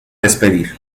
despedir